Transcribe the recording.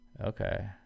Okay